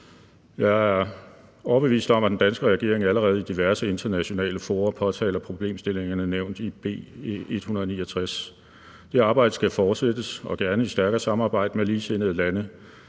Jeg er overbevist om, at den danske regering allerede i diverse internationale fora påtaler problemstillingerne nævnt i B 169. Det arbejde skal fortsættes og gerne i et stærkere samarbejde med ligesindede lande,